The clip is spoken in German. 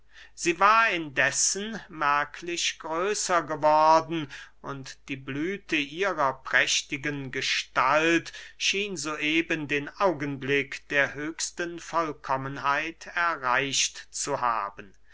sie war indessen merklich größer geworden und die blüthe ihrer prächtigen gestalt schien so eben den augenblick der höchsten vollkommenlieit erreicht zu haben